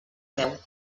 veu